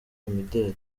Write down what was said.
imideli